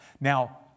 Now